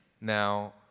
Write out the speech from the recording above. Now